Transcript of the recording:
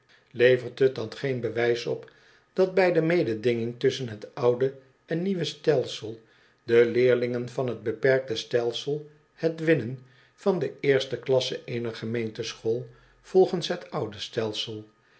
levert het geen bewijs op dat bij de mededinging tusschen het oude en nieuwe stelsel de leerlingen van het beperkte stelsel het winnen van de eerste klasse eener gemeenteschool volgens het oude stelsel